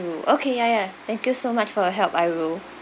okay ya ya thank you so much for your help I'll